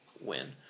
win